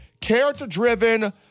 character-driven